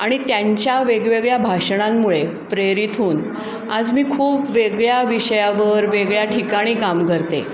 आणि त्यांच्या वेगवेगळ्या भाषणांमुळे प्रेरित होऊन आज मी खूप वेगळ्या विषयावर वेगळ्या ठिकाणी काम करते